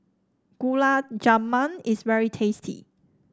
Gulab Jamun is very tasty